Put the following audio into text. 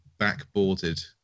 backboarded